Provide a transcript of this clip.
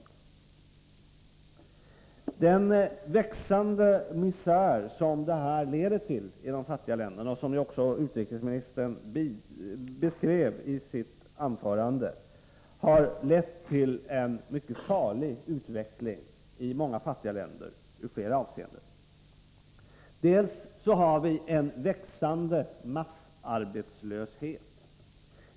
Den växande misär som det här leder till i de fattiga länderna, som utrikesministern också beskrev i sitt anförande, har i flera avseenden lett till en mycket farlig utveckling i många fattiga länder. Det finns en växande massarbetslöshet.